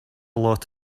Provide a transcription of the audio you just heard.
lot